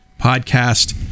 podcast